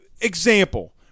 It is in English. example